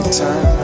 time